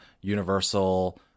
Universal